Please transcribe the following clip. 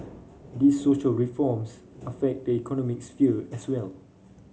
these social reforms affect the economic sphere as well